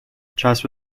چسب